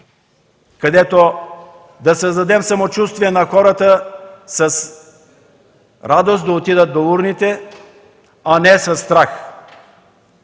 където да създадем самочувствие на хората с радост да отидат до урните, а не със страх.